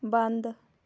ਬੰਦ